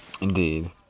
Indeed